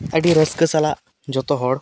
ᱟᱹᱰᱤ ᱨᱟᱹᱥᱠᱟᱹ ᱥᱟᱞᱟᱜ ᱡᱚᱛᱚ ᱦᱚᱲ